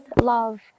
love